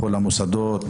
בכל המוסדות,